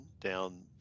down